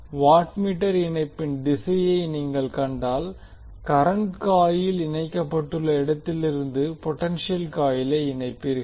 எனவே வாட்மீட்டர் இணைப்பின் திசையை நீங்கள் கண்டால் கரண்ட் காயில் இணைக்கப்பட்டுள்ள இடத்திலிருந்து பொடென்ஷியல் காயிலை இணைப்பீர்கள்